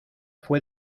fue